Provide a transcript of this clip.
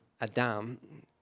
Adam